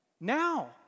now